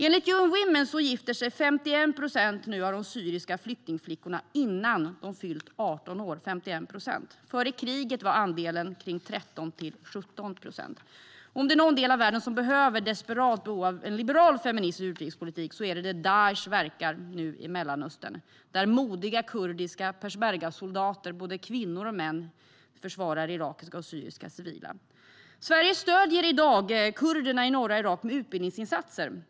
Enligt UN Women gifter sig 51 procent av de syriska flyktingflickorna innan de fyllt 18 år - 51 procent. Före kriget var andelen 13-17 procent. Om det är någon del av världen som desperat behöver en liberal, feministisk utrikespolitik är det där Daish nu verkar i Mellanöstern, där modiga kurdiska peshmergasoldater, både kvinnor och män, försvarar irakiska och syriska civila. Sverige stöder i dag kurderna i norra Irak med utbildningsinsatser.